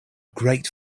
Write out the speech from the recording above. great